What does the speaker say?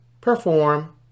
perform